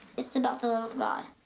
it's about the love of god.